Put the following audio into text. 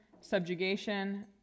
subjugation